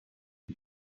his